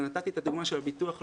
ונתתי את הדוגמה של הביטוח הלאומי.